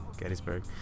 Gettysburg